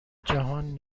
جهان